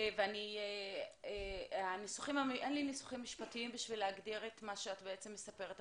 אין לי ניסוחים משפטיים בשביל להגדיר את מה שאת בעצם מספרת.